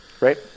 Right